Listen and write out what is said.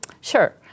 Sure